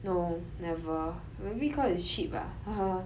no never maybe cause it's cheap lah